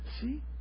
See